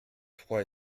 froid